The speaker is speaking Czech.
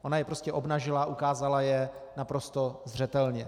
Ona je prostě obnažila, ukázala je naprosto zřetelně.